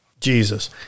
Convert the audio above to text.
Jesus